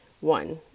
One